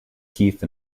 keith